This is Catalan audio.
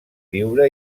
viure